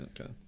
Okay